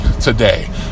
today